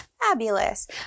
Fabulous